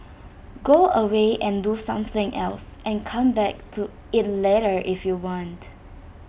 go away and do something else and come back to IT later if you want